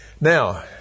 Now